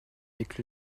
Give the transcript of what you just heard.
avec